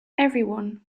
everyone